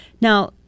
now